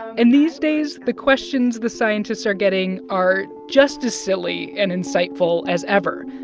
in these days, the questions the scientists are getting are just as silly and insightful as ever,